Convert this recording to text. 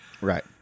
Right